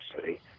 City